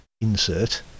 insert